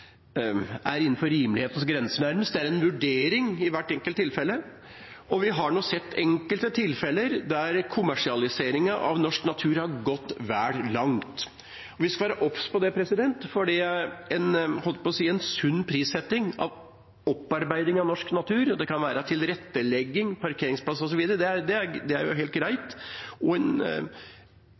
er innenfor rimelighetens grenser. Det er en vurdering i hvert enkelt tilfelle, og vi har sett enkelte tilfeller der kommersialiseringen av norsk natur har gått vel langt. Vi skal være obs på det, for en «sunn» prissetting av opparbeiding av norsk natur – det kan være tilrettelegging, parkeringsplass osv. – er helt greit, og en beskjeden eller gjennomtenkt utnytting, også kommersielt, av norsk natur er også bra. Økoturisme kan være bra, og